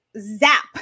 zap